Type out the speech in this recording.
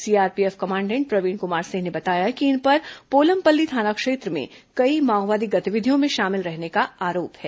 CRPF commandant Praveen Kumar Singh ने बताया कि इन पर पोलमपल्ली थाना क्षेत्र में कई माओवादी गतिविधियों में शामिल रहने का आरोप है